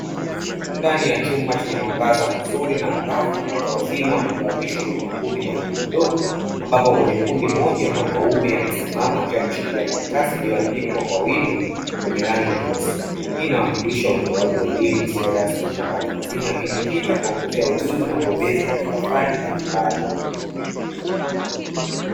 Ndani ya chumba chenye mwangaza mzuri na angavu watu wazima wamegawanyishwa kwenye makundi madogomadogo ambapo kwenye kundi moja mwanaume amesimama akiwa ameshikilia karatasi iliyoandikwa kwa wino yenye rangi nyeusi, hii inawakilisha utolewaji wa elimu isiyo rasmi na ya watu wazima ikijikita kuwaongezea ujuzi na ubobezi katika fani mbalimbali.